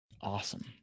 awesome